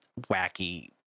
wacky